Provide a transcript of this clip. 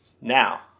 Now